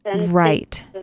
Right